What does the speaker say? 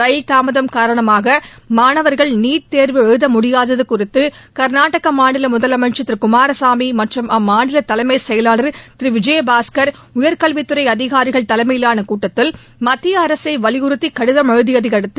ரயில் தாமதம் காரணமாக மாணவர்கள் நீட் தேர்வு எழுத முடியாதது குறித்து கர்நாடக மாநில முதலமைச்சர் திரு குமாரசாமி மற்றும் அம்மாநில தலைமை செயலாளர் திரு விஜயபாஸ்கர் உயர்கல்வித்துறை அதிகாரிகள் தலைமையிலான கூட்டத்தில் மத்திய அரசை வலியுறுத்தி கடிதம் எழுதியதை அடுத்து